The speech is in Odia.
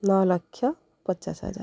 ନଅ ଲକ୍ଷ ପଚାଶ ହଜାର